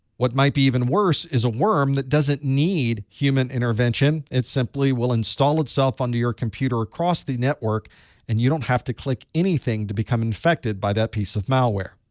what might be even worse is a worm that doesn't need human intervention. it simply will install itself onto your computer across the network and you don't have to click anything to become infected by that piece of malware.